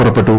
പുറപ്പെട്ടു